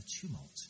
tumult